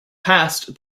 past